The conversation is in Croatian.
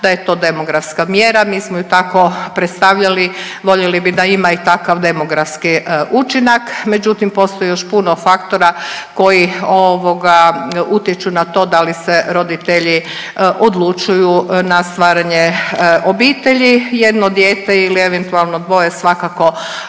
svakako demografska mjera, mi smo ju tako predstavljali voljeli bi da ima i takav demografski učinak, međutim postoji još puno faktora koji ovoga utječu na to da li se roditelji odlučuju na stvaranje obitelji. Jedno dijete ili eventualno dvoje svakako je